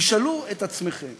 תשאלו את עצמכם